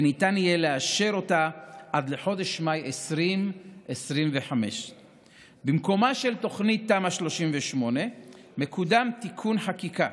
וניתן יהיה לאשר אותה עד לחודש מאי 2025. במקומה של תמ"א 38 מקודם תיקון חקיקה.